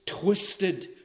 twisted